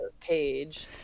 page